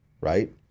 right